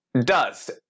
Dust